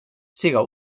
sigues